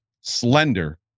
slender